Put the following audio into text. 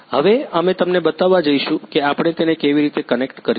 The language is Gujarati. હવે અમે તમને બતાવવા જઈશું કે આપણે તેને કેવી રીતે કનેક્ટ કરીશું